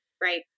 Right